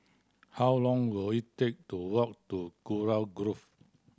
how long will it take to walk to Kurau Grove